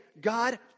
God